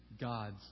God's